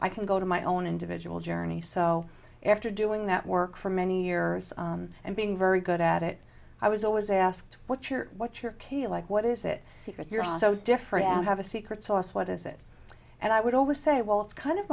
i can go to my own individual journey so after doing that work for many years and being very good at it i was always asked what your what your kill like what is it secret you're so different i have a secret sauce what is it and i would always say well it's kind of